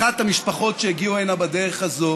אחת המשפחות שהגיעה הנה בדרך הזאת